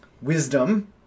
wisdom